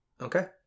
Okay